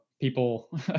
People